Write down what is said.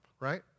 right